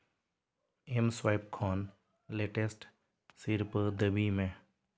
MSwipe ᱠᱷᱚᱱ latest ᱥᱤᱨᱯᱟᱹ ᱫᱟᱹᱵᱤᱭ ᱢᱮ